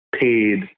paid